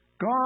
God